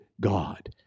God